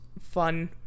fun